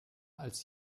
als